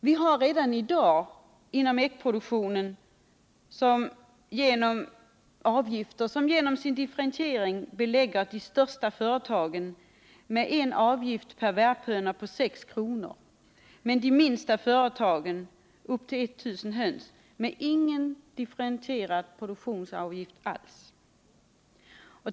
Vi har i dag redan inom äggproduktionen avgifter som genom sin differentiering belägger de största företagen med en avgift per värphöna på 6 kr. men de minsta företagen - med upp till 1000 höns —- med ingen differentierad produktionsavgift alls.